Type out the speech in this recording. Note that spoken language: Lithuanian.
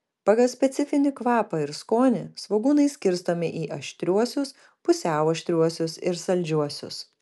pagal specifinį kvapą ir skonį svogūnai skirstomi į aštriuosius pusiau aštriuosius ir saldžiuosius